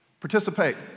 Participate